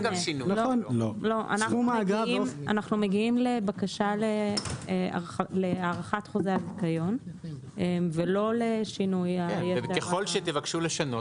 אנחנו מגיעים עם בקשה להארכת חוזה הזיכיון ולא לשינוי סכום האגרה.